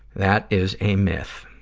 that is a myth.